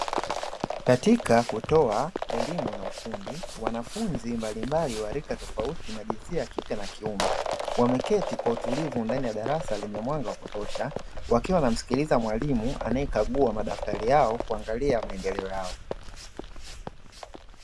Katika kutoa elimu ya ufundi, wanafunzi mbalimbali wa rika tofauti na jinsia ya kike na kiume, wameketi kwa utulivu ndani ya darasa lenye mwanga wa kutosha. Wakiwa wanamsikiliza mwalimu anayekagua madaftari yao, kuangalia maendeleo yao.